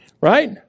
right